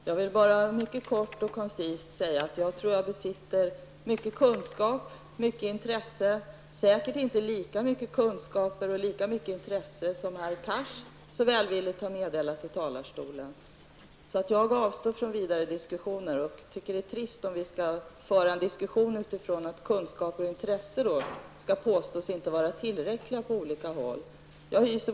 Herr talman! Jag vill bara mycket kort och koncist säga att jag tror att jag besitter mycket kunskaper och stort intresse, men säkerligen inte lika mycket kunskaper och lika stort intresse som herr Cars så välvilligt visat här i talarstolen. Jag avstår från vidare diskussion, eftersom jag tycker att det är trist om vi skall föra en debatt där det påstås att kunskaper och intresse inte är tillräckligt stora på olika håll.